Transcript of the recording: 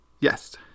yes